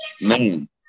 man